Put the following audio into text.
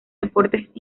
deportes